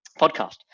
podcast